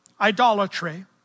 idolatry